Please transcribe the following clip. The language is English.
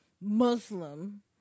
Muslim